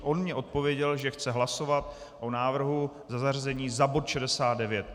On mně odpověděl, že chce hlasovat o návrhu za zařazení za bod 69.